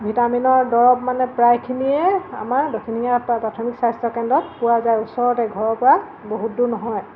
ভিটামিনৰ দৰৱ মানে প্ৰায়খিনিয়ে আমাৰ দক্ষিণ শিঙীয়া প্ৰাথমিক স্বাস্থ্যকেন্দ্ৰত পোৱা যায় ওচৰতে ঘৰৰপৰা বহুত দূৰ নহয়